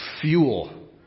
fuel